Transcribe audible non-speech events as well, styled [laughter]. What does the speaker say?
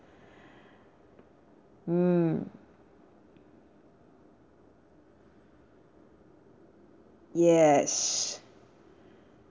[breath] mm yes